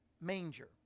manger